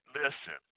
listen